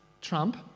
Trump